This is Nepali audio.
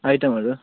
आइटमहरू